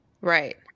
Right